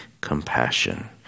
compassion